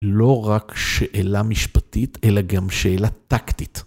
לא רק שאלה משפטית, אלא גם שאלה טקטית.